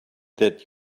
that